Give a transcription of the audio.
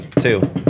two